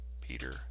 Peter